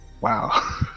wow